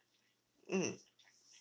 mm